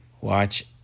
watch